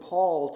Paul